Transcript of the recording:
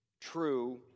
true